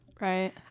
Right